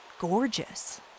gorgeous